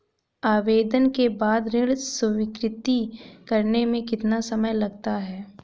आवेदन के बाद ऋण स्वीकृत करने में कितना समय लगता है?